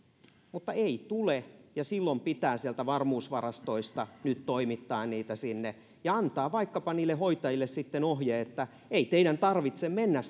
mutta ei tule ja silloin pitää sieltä varmuusvarastoista nyt toimittaa niitä sinne ja antaa vaikkapa niille hoitajille sitten ohje että ei teidän tarvitse mennä